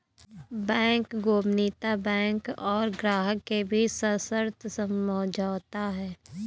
bank गोपनीयता bank और ग्राहक के बीच सशर्त समझौता है